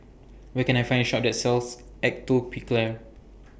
Where Can I Find A Shop that sells Atopiclair